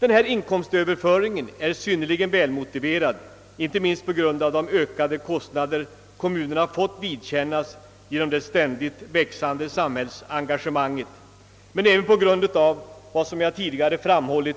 Denna inkomstöverföring är synnerligen väl motiverad, inte minst på grund av de ökade kostnader kommunerna har fått vidkännas genom det ständigt växande samhällsengagemanget men även på grund av, som jag tidigare framhållit,